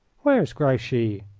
where is grouchy?